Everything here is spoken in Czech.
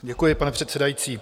Děkuji, pane předsedající.